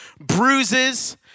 bruises